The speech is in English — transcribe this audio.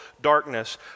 darkness